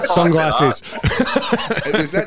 Sunglasses